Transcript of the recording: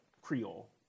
Creole